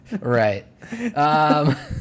Right